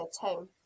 tone